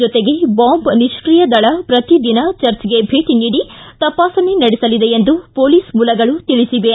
ಜೊತೆಗೆ ಬಾಂಬ್ ನಿಷ್ಕಿಯದಳ ಪ್ರತಿದಿನ ಚರ್ಚ್ಗೆ ಭೇಟಿ ನೀಡಿ ತಪಾಸಣೆ ನಡೆಸಲಿದೆ ಎಂದು ಪೊಲೀಸ್ ಮೂಲಗಳು ತಿಳಿಸಿವೆ